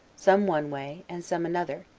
some one way, and some another,